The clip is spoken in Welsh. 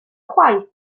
chwaith